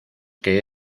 que